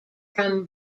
from